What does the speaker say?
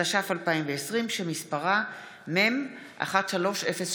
התש"ף 2020, שמספרה מ/1308.